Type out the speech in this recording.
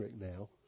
now